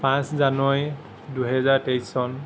পাচঁ জানুৱাৰী দুহেজাৰ তেইছ চন